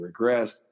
regressed